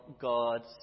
God's